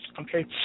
okay